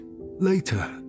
Later